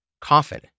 Coffin